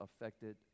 affected